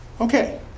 Okay